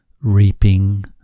Reaping